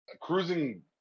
cruising